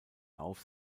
auf